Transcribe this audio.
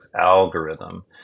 algorithm